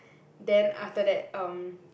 then after that um